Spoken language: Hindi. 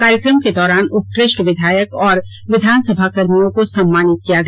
कार्यक्रम के दौरान उत्कृष्ट विधायक और विधानसभाकर्मियों को सम्मानित किया गया